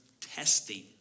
testing